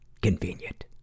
convenient